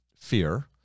fear